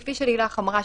כפי שלילך אמרה,